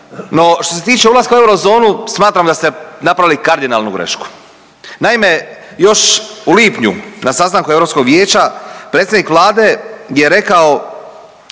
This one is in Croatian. što se tiče ulaska u eurozonu smatram da ste napravili kardinalnu grešku. Naime još u lipnju na sastanku Europskog vijeća predsjednik Vlade je rekao